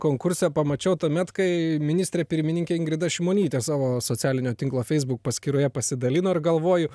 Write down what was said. konkurse pamačiau tuomet kai ministrė pirmininkė ingrida šimonytė savo socialinio tinklo facebook paskyroje pasidalino ir galvoju